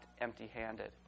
empty-handed